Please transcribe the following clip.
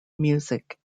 music